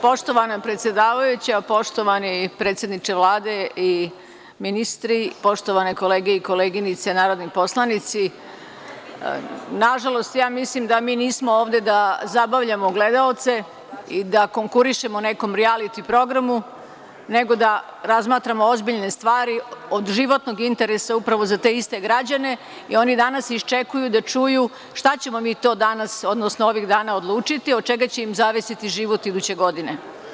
Poštovana predsedavajuća, poštovani predsedniče Vlade i ministri, poštovane kolege i koleginice narodni poslanici, nažalost, ja mislim da mi nismo ovde da zabavljamo gledaoce i da konkurišemo nekom rijaliti programu, nego da razmatramo ozbiljne stvari od životnog interesa, upravo za te iste građane, i oni danas iščekuju da čuju šta ćemo mi to danas, odnosno ovih dana odlučiti od čega će im zavisiti život iduće godine.